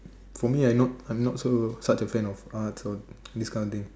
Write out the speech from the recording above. from here I not sure how to fan on on through this kind of thing